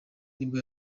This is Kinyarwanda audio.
nibwo